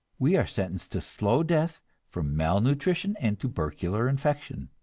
we are sentenced to slow death from malnutrition and tubercular infection.